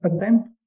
attempt